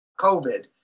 COVID